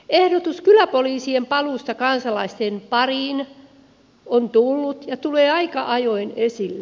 ehdotus kyläpoliisien paluusta kansalaisten pariin on tullut ja tulee aika ajoin esille